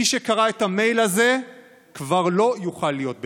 מי שקרא את המייל הזה כבר לא יוכל להיות בדילמה.